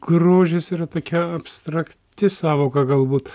grožis yra tokia abstrakti sąvoka galbūt